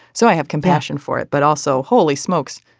so i have compassion for it but also holy smokes.